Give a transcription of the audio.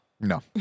No